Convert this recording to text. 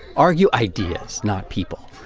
argue ideas, not people.